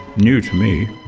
new to me,